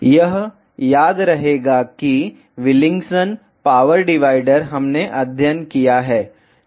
vlcsnap 2018 09 20 14h54m05s047 यह याद रखेगा कि विल्किंसन पावर डिवाइडर हमने अध्ययन किया है